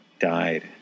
Died